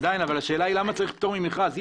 עדיין, למה צריך פטור ממכרז?